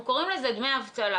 אנחנו קוראים לזה דמי אבטלה.